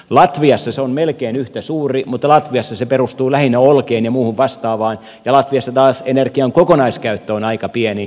latviassa se on melkein yhtä suuri mutta latviassa se perustuu lähinnä olkeen ja muuhun vastaavaan ja latviassa taas energian kokonaiskäyttö on aika pientä